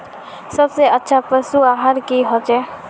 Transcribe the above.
सबसे अच्छा पशु आहार की होचए?